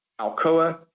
Alcoa